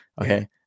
okay